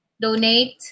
donate